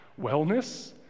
wellness